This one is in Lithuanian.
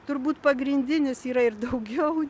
turbūt pagrindinis yra ir daugiau